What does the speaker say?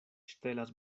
ŝtelas